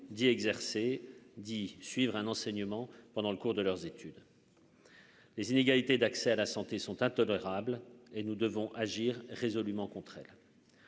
d'y exercer dit suivre un enseignement pendant le cours de leurs études. Les inégalités d'accès à la santé sont intolérables et nous devons agir résolument contre elle,